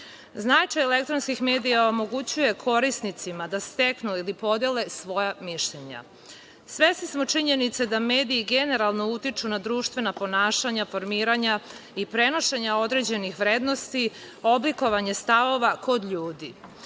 plan. Značaj elektronskih medija omogućuje korisnicima da steknu ili podele svoja mišljenja. Svesni smo činjenice da mediji generalno utiču na društvena ponašanja formiranja i prenošenja određenih vrednosti, oblikovanje stavova kod ljudi.